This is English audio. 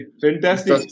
fantastic